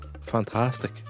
fantastic